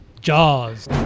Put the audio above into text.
Jaws